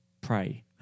pray